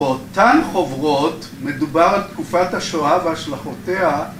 ‫באותן חוברות מדובר על תקופת ‫השואה והשלכותיה.